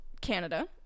Canada